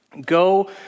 Go